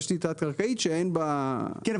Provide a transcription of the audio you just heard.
תשתית תת-קרקעית שאין בה --- כן,